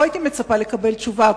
פה הייתי מצפה לקבל תשובה,